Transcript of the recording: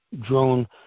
drone